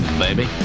baby